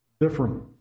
different